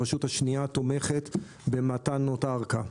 הרשות השנייה תומכת במתן אותה ארכה.